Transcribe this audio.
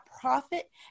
profit